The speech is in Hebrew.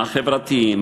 החברתיים,